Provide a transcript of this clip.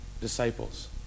disciples